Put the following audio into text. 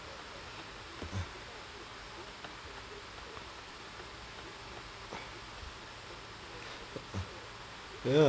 ya